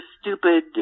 stupid